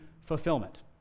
fulfillment